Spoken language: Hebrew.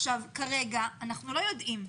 כרגע אנחנו לא יודעים.